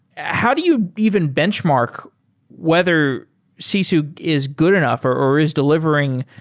how do you even benchmark whether sisu is good enough or or is delivering